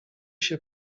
się